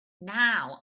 now